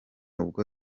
ubwo